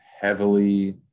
heavily